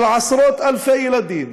של עשרות אלפי ילדים